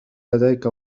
لديك